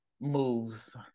moves